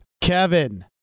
Kevin